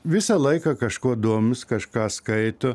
visą laiką kažkuo domis kažką skaito